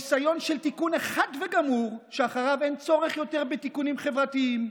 ניסיון של תיקון אחד וגמור שאחריו אין צורך יותר בתיקונים חברתיים.